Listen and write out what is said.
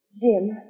Jim